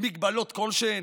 מגבלות כלשהן?